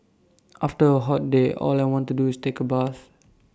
after A hot day all I want to do is take A bath